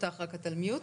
ורד.